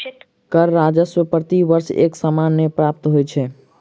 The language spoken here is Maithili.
कर राजस्व प्रति वर्ष एक समान नै प्राप्त होइत छै